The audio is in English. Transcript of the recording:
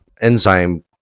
enzyme